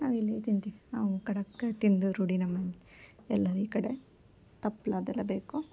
ನಾವು ಇಲ್ಲಿ ತಿಂತೀವಿ ನಾವು ಖಡಕ್ ತಿಂದು ರೂಢಿ ನಮ್ಮಲ್ಲಿ ಎಲ್ಲ ಈ ಕಡೆ ತಪ್ಲು ಅದೆಲ್ಲ ಬೇಕು